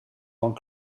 van